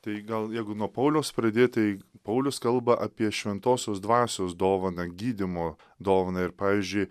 tai gal jeigu nuo pauliaus pradėt tai paulius kalba apie šventosios dvasios dovaną gydymo dovaną ir pavyzdžiui